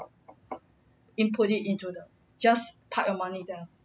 input it into the just park your money there